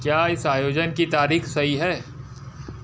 क्या इस आयोजन की तारीख सही है